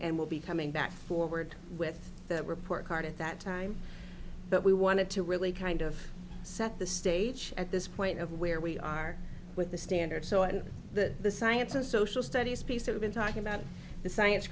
and we'll be coming back forward with that report card at that time but we wanted to really kind of set the stage at this point of where we are with the standards so and the the science and social studies piece of in talking about the science